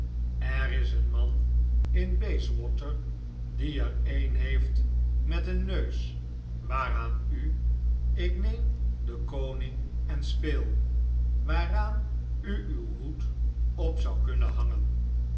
er is een man in bayswater die er een heeft met een neus waaraan u ik neem den koning en speel waaraan u uw hoed op zou kunnen hangen